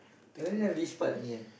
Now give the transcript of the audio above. I only have this part only eh